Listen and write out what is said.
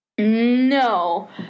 No